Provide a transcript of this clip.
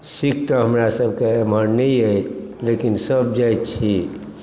सिख तऽ हमरा सबके इमहर नहि अइ लेकिन सब जाति छी